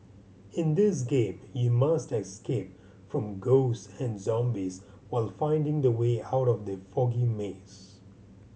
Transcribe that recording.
in this game you must escape from ghosts and zombies while finding the way out of the foggy maze